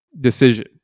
decision